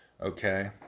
Okay